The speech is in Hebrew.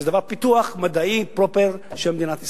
וזה דבר, פיתוח מדעי פרופר, של מדינת ישראל.